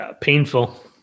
painful